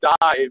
dive